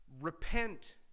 Repent